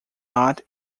not